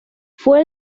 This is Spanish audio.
fue